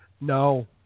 No